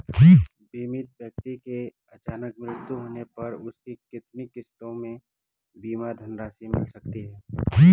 बीमित व्यक्ति के अचानक मृत्यु होने पर उसकी कितनी किश्तों में बीमा धनराशि मिल सकती है?